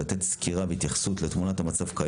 לתת סקירה והתייחסות לתמונת המצב של